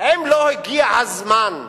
האם לא הגיע הזמן לאזרח?